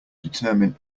determine